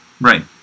Right